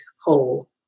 hole